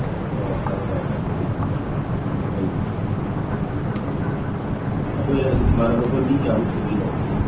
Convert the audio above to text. ꯑꯣ ꯐꯔꯦ ꯐꯔꯦ ꯌꯥꯝ ꯅꯨꯡꯉꯥꯏꯔꯦ ꯍꯣꯏꯅꯦ ꯍꯣꯏ ꯑꯩꯈꯣꯏ ꯑꯗꯨ ꯏꯃꯥꯟꯅꯕ ꯃꯤ ꯀꯌꯥꯃꯨꯛ ꯁꯨꯗꯣꯏꯅꯣ